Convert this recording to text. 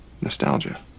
Nostalgia